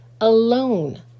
alone